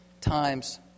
times